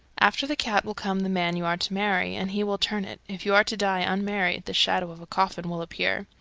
after the cat will come the man you are to marry, and he will turn it. if you are to die unmarried, the shadow of a coffin will appear.